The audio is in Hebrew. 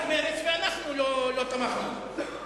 רק מרצ ואנחנו לא תמכנו.